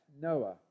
Noah